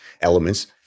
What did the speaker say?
elements